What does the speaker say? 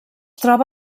troba